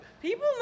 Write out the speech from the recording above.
People